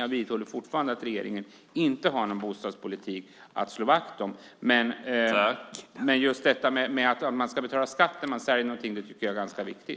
Jag vidhåller fortfarande att regeringen inte har någon bostadspolitik att slå vakt om. Men principen att man ska betala skatt när man säljer något tycker jag är ganska viktig.